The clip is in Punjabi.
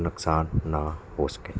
ਨੁਕਸਾਨ ਨਾ ਹੋ ਸਕੇ